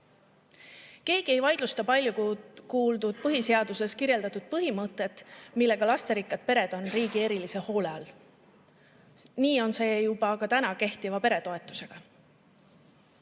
kohta. Keegi ei vaidlusta palju kuuldud põhiseaduses kirjeldatud põhimõtet, millega lasterikkad pered on riigi erilise hoole all. Nii on see juba ka täna kehtiva peretoetusega.